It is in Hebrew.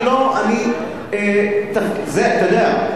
אתה יודע?